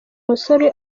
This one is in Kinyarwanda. musore